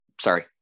Sorry